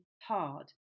hard